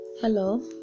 hello